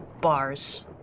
bars